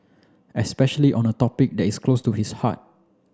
especially on a topic that is close to his heart